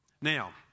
Now